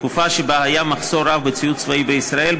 בתקופה שבה היה מחסור רב בציוד צבאי בישראל,